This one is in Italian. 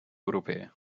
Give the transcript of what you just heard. europee